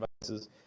devices